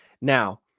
now